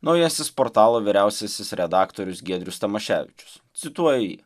naujasis portalo vyriausiasis redaktorius giedrius tamaševičius cituoju jį